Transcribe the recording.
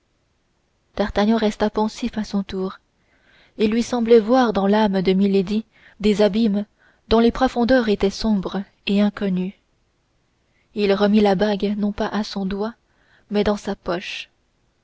d'artagnan resta pensif à son tour il lui semblait voir dans l'âme de milady des abîmes dont les profondeurs étaient sombres et inconnues il remit la bague non pas à son doigt mais dans sa poche